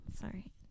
Sorry